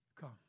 Come